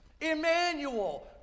Emmanuel